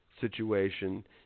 situation